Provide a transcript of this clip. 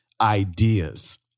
ideas